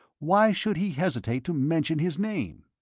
why should he hesitate to mention his name?